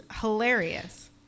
hilarious